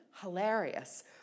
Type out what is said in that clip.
hilarious